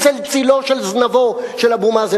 מצל-צלו של זנבו של אבו מאזן.